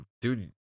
dude